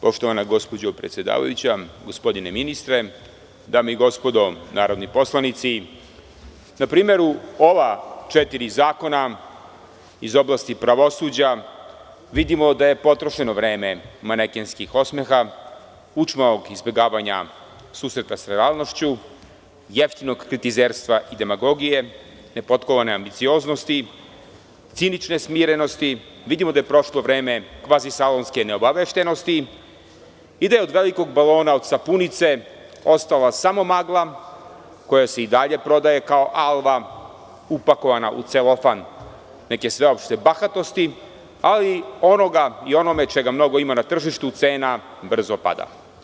Poštovana gospođo predsedavajuća, gospodine ministre, dame i gospodo narodni poslanici, na primeru ova četiri zakona iz oblasti pravosuđa vidimo da je potrošeno vreme manekenskih osmeha, učmalog izbegavanja susreta sa realnošću, jeftinog kritizerstva i demagogije, nepotkovane ambicioznosti, cinične smirenosti, vidimo da je prošlo vreme kvazisalonske neobaveštenosti i da je od velikog balona od sapunice ostala samo magla koja se i dalje prodaje kao alva upakovana u celofan neke sveopšte bahatosti, ali onoga i onome čega mnogo ima na tržištu, cena brzo pada.